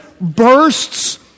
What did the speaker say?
bursts